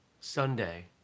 Sunday